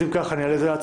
אם כך, אני עובר להצבעה.